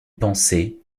pensée